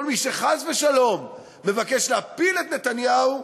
כל מי שחס ושלום מבקש להפיל את נתניהו,